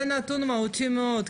זה נתון מהותי מאוד,